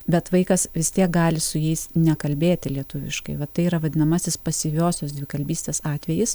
bet vaikas vis tiek gali su jais nekalbėti lietuviškai va tai yra vadinamasis pasyviosios dvikalbystės atvejis